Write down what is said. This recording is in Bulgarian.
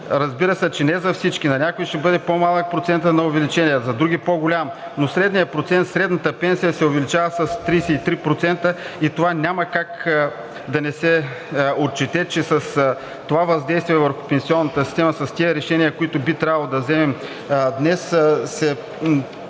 Разбира се, не за всички – на някои ще бъде по-малък процентът на увеличение, за други по-голям, но средният процент, средната пенсия се увеличава с 33% и няма как да не се отчете, че с това въздействие върху пенсионната система, с тези решения, които би трябвало да вземем днес, се